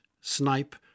Snipe